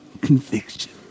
conviction